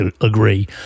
agree